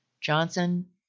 Johnson